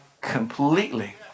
completely